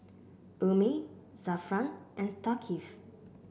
Ummi Zafran and Thaqif